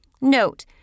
Note